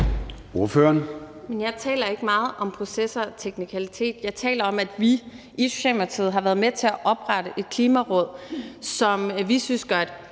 Jeg taler ikke meget om proces og teknikaliteter. Jeg taler om, at vi i Socialdemokratiet har været med til at oprette et Klimaråd, som vi synes gør et